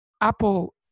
Apple